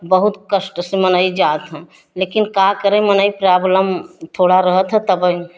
बहुत कष्ट से मनइ जात हँ लेकिन का करे मनई प्रॉब्लम थोड़ा रहत ह तबई